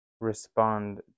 respond